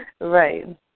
Right